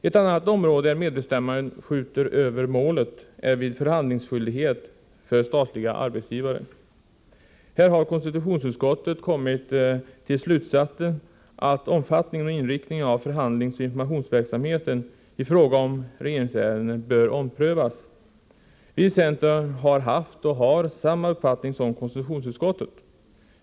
Ett annat område där medbestämmandet skjuter över målet är förhandlingsskyldighet för statliga arbetsgivare. Här har konstitutionsutskottet kommit till slutsatsen att omfattningen och inriktningen av förhandlingsoch informationsverksamheten i fråga om regeringsärenden bör omprövas. Vi i centern har haft och har samma uppfattning som konstitutionsutskottet.